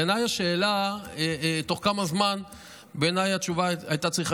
בעיניי התשובה על השאלה בתוך כמה זמן הייתה צריכה